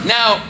Now